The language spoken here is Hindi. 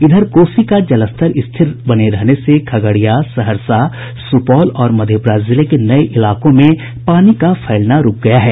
इधर कोसी का जलस्तर स्थिर बने रहने से खगड़िया सहरसा सुपौल और मधेपुरा जिले के नये इलाकों में पानी का फैलना रूक गया है